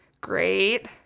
Great